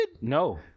no